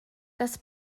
das